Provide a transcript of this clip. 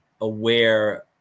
aware